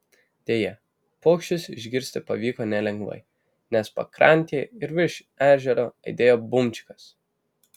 deja paukščius išgirsti pavyko nelengvai nes pakrantėje ir virš ežero aidėjo bumčikas